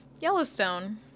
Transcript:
Yellowstone